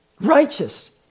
righteous